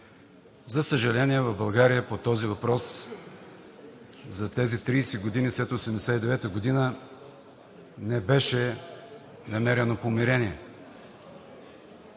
За съжаление, в България по този въпрос за тези 30 години след 1989 г. не беше намерено помирение.